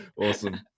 awesome